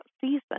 season